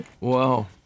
Wow